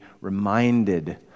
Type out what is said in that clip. reminded